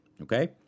okay